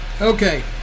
Okay